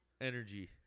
energy